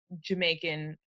Jamaican